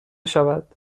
شود